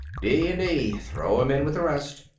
d and d. throw him in with the rest.